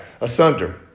asunder